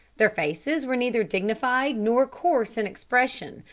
their faces were neither dignified nor coarse in expression,